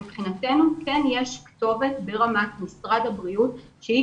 מבחינתנו כן יש כתובת ברמת משרד הבריאות שהיא